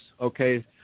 Okay